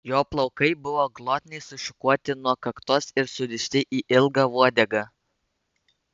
jo plaukai buvo glotniai sušukuoti nuo kaktos ir surišti į ilgą uodegą